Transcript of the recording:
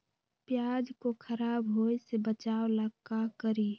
प्याज को खराब होय से बचाव ला का करी?